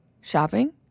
Shopping